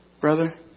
brother